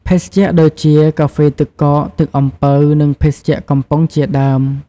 ភេសជ្ជៈដូចជា កាហ្វេទឹកកក ទឹកអំពៅ និងភេសជ្ជៈកំប៉ុងជាដើម។។